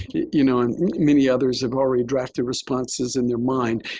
you know, and many others have already drafted responses in their mind.